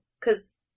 Cause